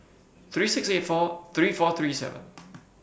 three six eight four three four three seven